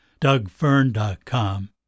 dougfern.com